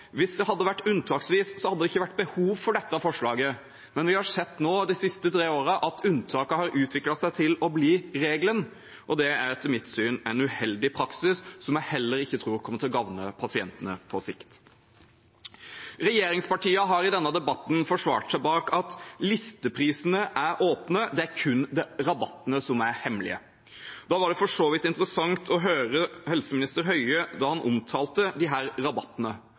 Hvis det hadde vært unntaksvis, hadde det ikke vært behov for dette forslaget, men vi har sett de siste tre årene at unntaket har utviklet seg til å bli regelen. Det er etter mitt syn en uheldig praksis, som jeg heller ikke tror kommer til å gagne pasientene på sikt. Regjeringspartiene har i denne debatten forsvart seg med at listeprisene er åpne, det er kun rabattene som er hemmelige. Da var det for så vidt interessant å høre helseminister Høie da han omtalte disse rabattene, at de